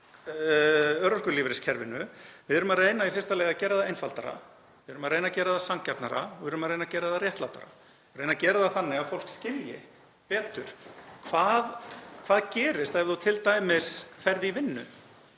Við erum að reyna í fyrsta lagi að gera það einfaldara, erum að reyna að gera það sanngjarnara og erum að reyna að gera það réttlátara; reyna að gera það þannig að fólk skilji betur hvað gerist ef þú t.d. ferð í vinnu,